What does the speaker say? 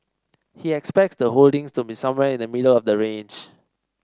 he expects the holdings to be somewhere in the middle of the range